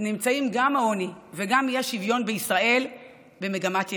גם העוני וגם האי-שוויון בישראל נמצאים במגמת ירידה,